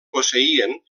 posseïen